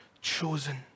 chosen